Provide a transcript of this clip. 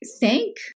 thank